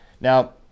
Now